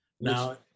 now